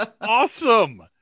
awesome